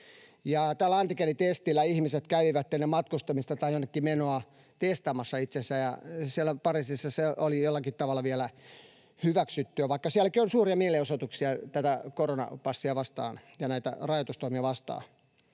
tällä antigeenitestillä ihmiset kävivät ennen matkustamista tai jonnekin menoa testaamassa itsensä. Siellä Pariisissa se oli jollakin tavalla vielä hyväksyttyä, vaikka sielläkin on suuria mielenosoituksia koronapassia vastaan ja rajoitustoimia vastaan,